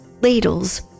ladles